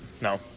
No